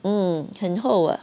mm 很厚啊